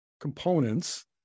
components